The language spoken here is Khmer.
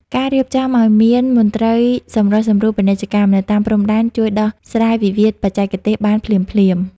ការរៀបចំឱ្យមាន "មន្ត្រីសម្រុះសម្រួលពាណិជ្ជកម្ម" នៅតាមព្រំដែន ជួយដោះស្រាយវិវាទបច្ចេកទេសបានភ្លាមៗ។